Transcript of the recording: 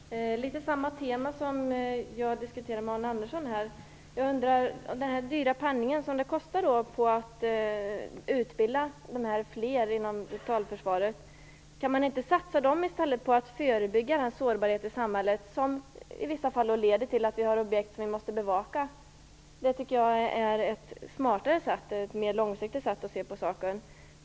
Herr talman! Det var nästan samma tema som jag diskuterade med Arne Andersson. Jag undrar om man inte kan satsa de dyra pengar som det kostar att utbilda flera inom totalförsvaret på att i stället förebygga den sårbarhet i samhället som i vissa fall leder till att vi har objekt som vi måste bevaka. Det är smartare och ett mer långsiktigt sätt att se på saken.